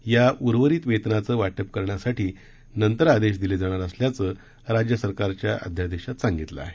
या उर्वरित वेतनाचं वाटप करण्यासाठी नंतर आदेश दिले जाणार असल्याचं राज्य सरकारच्या अध्यादेशात सांगण्यात आलं आहे